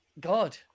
God